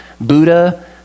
Buddha